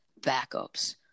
backups